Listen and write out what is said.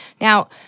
Now